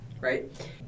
right